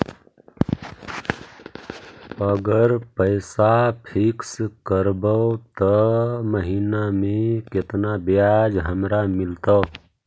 अगर पैसा फिक्स करबै त महिना मे केतना ब्याज हमरा मिलतै?